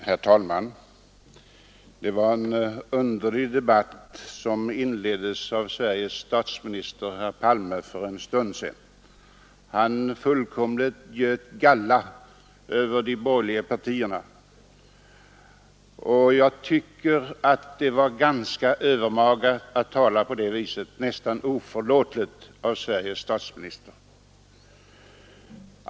Herr talman! Det var en underlig debatt som inleddes av Sveriges statsminister, herr Palme, för en stund sedan. Han fullkomligt göt galla över de borgerliga partierna. Jag tycker att det var ganska övermaga att tala på det viset, nästan oförlåtligt av Sveriges statsminister.